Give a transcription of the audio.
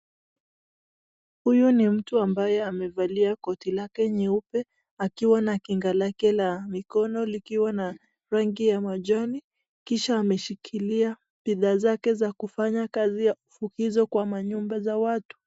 Huyu ni mtu ambaye amevalia koti lake nyeupe akiwa na kinga lake la mikono likiwa na rangi ya majani kisha ameshikilia bidhaa zake za kufanya kazi hizo kwa manyumba za watu.